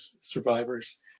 survivors